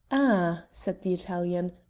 ah, said the italian,